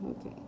okay